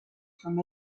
from